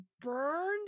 burned